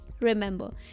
Remember